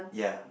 ya